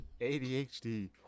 ADHD